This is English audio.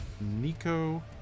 Nico